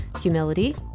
humility